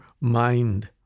mind